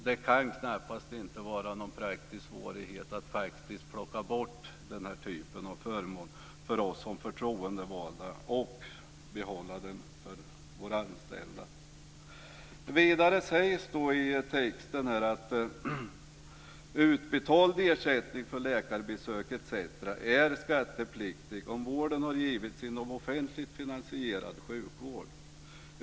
Det kan knappast vara någon praktisk svårighet att plocka bort den här typen av förmån för oss som förtroendevalda men behålla den för våra anställda. Vidare sägs i texten att: "Utbetald ersättning för läkarbesök etc. är skattepliktig om vården har givits inom offentligt finansierad sjukvård.